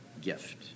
gift